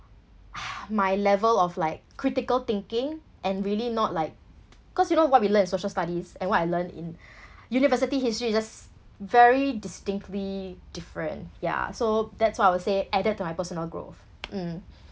my level of like critical thinking and really not like cause you know what we learn in social studies and what I learned in university history is just very distinctly different ya so that's why I would say added to my personal growth mm